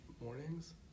mornings